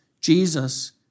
Jesus